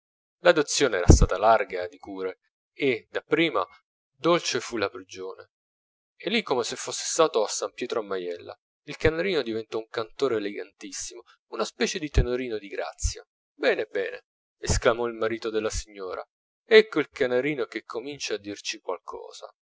l'adozione era stata larga di cure e dapprima dolce fu la prigione e lì come se fosse stato a san pietro a maiella il canarino diventò un cantore elegantissimo una specie di tenorino di grazia bene bene esclamò il marito della signora ecco il canarino che comincia a dirci qualcosa